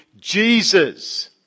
Jesus